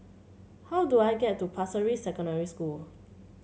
how do I get to Pasir Ris Secondary School